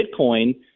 Bitcoin